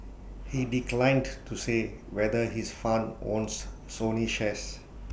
he declined to say whether his fund owns Sony shares